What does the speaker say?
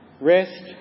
Rest